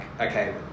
okay